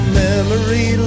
memory